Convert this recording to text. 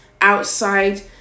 outside